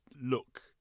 look